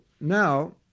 now